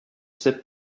sais